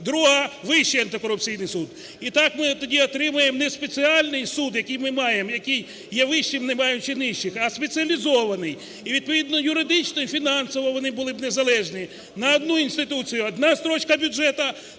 Друга – Вищий антикорупційний суд. І так ми тоді отримаємо не спеціальний суд, який ми маємо, який є вищим, не маючи нижчих, а спеціалізований. І відповідно юридично і фінансово вони були б незалежні. На одну інституцію – одна строчка бюджету,